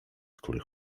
który